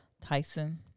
Tyson